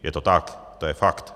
Je to tak, to je fakt.